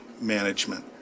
management